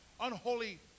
unholy